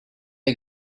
est